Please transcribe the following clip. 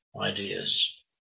ideas